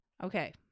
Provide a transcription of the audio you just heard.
Okay